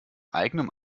eigenem